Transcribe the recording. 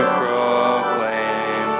proclaim